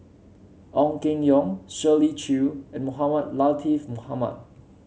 Ong Keng Yong Shirley Chew and Mohamed Latiff Mohamed